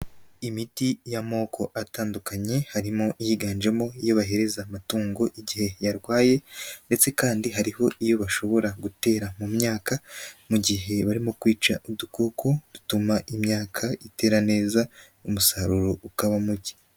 Imiti y'amoko atandukanye harimo iyiganjemo iyo bahereza amatungo igihe yarwaye ndetse kandi hariho iyo bashobora gutera mu myaka mu gihe barimo kwica udukoko dutuma imyaka itera neza umusaruro ukaba muke.